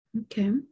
Okay